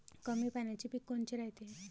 कमी पाण्याचे पीक कोनचे रायते?